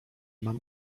mam